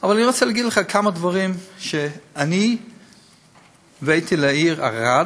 אבל אני רוצה להגיד לך כמה דברים שאני הבאתי לעיר ערד: